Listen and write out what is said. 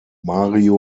mario